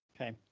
Okay